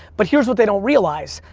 but here's what they don't realize.